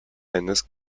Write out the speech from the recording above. dennis